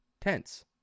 tense